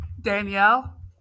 Danielle